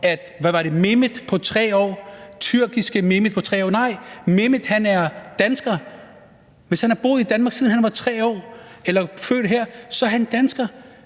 om – var det Mehmet på 3 år? – tyrkiske Mehmet. Nej, Mehmet er dansker. Hvis han har boet i Danmark i 3 år eller er født her, så er han dansker.